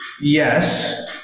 yes